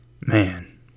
Man